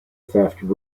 theft